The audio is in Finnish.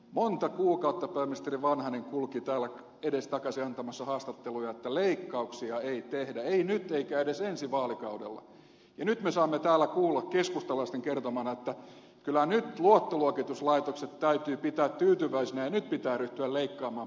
monta kuukautta pääministeri vanhanen kulki täällä edestakaisin antamassa haastatteluja että leikkauksia ei tehdä ei nyt eikä edes ensi vaalikaudella ja nyt me saamme täällä kuulla keskustalaisten kertomana että kyllä nyt luottoluokituslaitokset täytyy pitää tyytyväisinä ja nyt pitää ryhtyä leikkaamaan palkansaajaeläkkeitä